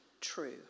true